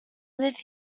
live